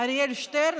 אריאל שטרן,